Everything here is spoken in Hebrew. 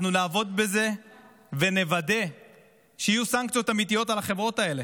אנחנו נעבוד בזה ונוודא שיהיו סנקציות אמיתיות על החברות האלה.